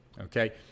Okay